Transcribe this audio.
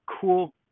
cool